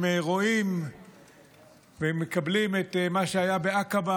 הם רואים והם מקבלים את מה שהיה בעקבה